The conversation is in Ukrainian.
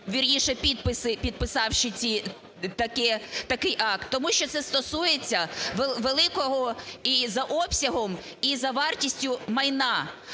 вірніше підписи… підписавши такий акт. Тому що це стосується великого і за обсягом, і за вартістю майна.